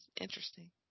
interesting